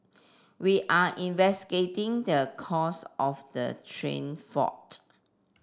we are investigating the cause of the train fault